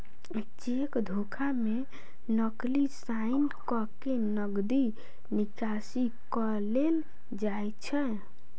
cheque धोखा मे नकली साइन क के नगदी निकासी क लेल जाइत छै